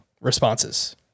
responses